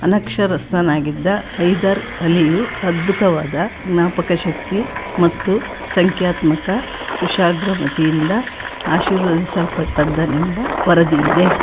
ಅನಕ್ಷರಸ್ಥನಾಗಿದ್ದ ಹೈದರ್ ಅಲಿಯು ಅದ್ಭುತವಾದ ಜ್ಞಾಪಕಶಕ್ತಿ ಮತ್ತು ಸಂಖ್ಯಾತ್ಮಕ ಕುಶಾಗ್ರಮತಿಯಿಂದ ಆಶೀರ್ವದಿಸಲ್ಪಟ್ಟಿದ್ದನೆಂಬ ವರದಿಯಿದೆ